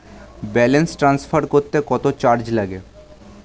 Balance transfer করতে কত charge লাগে?